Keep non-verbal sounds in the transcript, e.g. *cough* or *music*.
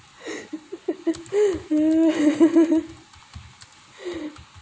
*laughs*